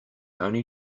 only